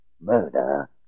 Murder